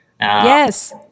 Yes